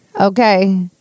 okay